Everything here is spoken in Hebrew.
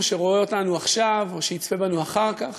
שרואה אותנו עכשיו או שיצפה בנו אחר כך,